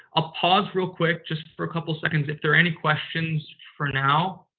ah pause real quick just for a couple seconds, if there are any questions for now,